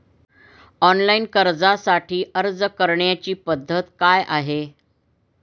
Online कर्जासाठी अर्ज करण्याची पद्धत काय आहे?